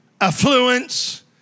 affluence